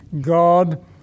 God